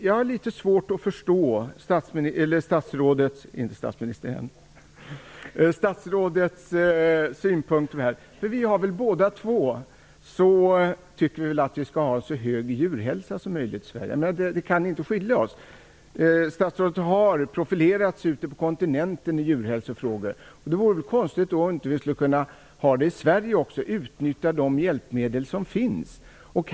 Jag har litet svårt att förstå statsrådets synpunkt här. Bägge två tycker vi väl att vi skall ha så hög djurhälsa som möjligt i Sverige. Där kan vi inte skilja oss åt. Statsrådet har profilerat sig i djurhälsofrågor ute på kontinenten. Då vore det väl konstigt om vi i Sverige inte skulle kunna ha bra djurhälsa och utnyttja de möjligheter som finns.